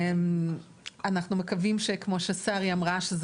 אנחנו מקווים שכמו ששרי אמרה,